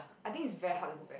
I think is very hard to go back